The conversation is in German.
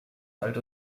alt